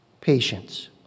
patience